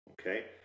Okay